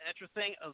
interesting